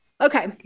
Okay